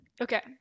Okay